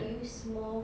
I use more